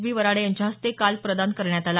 बी वराडे यांच्या हस्ते काल प्रदान करण्यात करण्यात आला